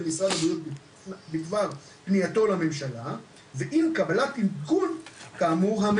משרד הבריאות בדבר פנייתו לממשלה ועם קבלת העדכון כאמור,